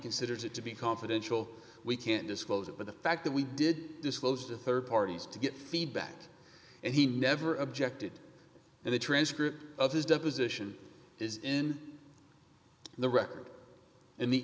considers it to be confidential we can't disclose it but the fact that we did disclose to rd parties to get feedback and he never objected and the transcript of his deposition is in the record in the